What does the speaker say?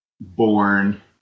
born